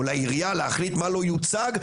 או לעירייה להחליט מה לא יוצג,